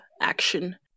action